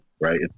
right